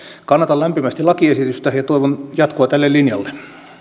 kannatan lämpimästi lakiesitystä ja toivon jatkoa tälle linjalle